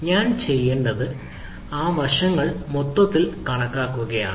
ഞാൻ ചെയ്യേണ്ടത് ആ വശങ്ങളെ മൊത്തത്തിൽ കണക്കാക്കുകയാണ്